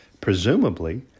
Presumably